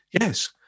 yes